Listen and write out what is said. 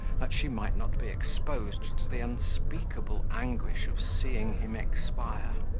that she might not be exposed to the unspeakable anguish of seeing him expire.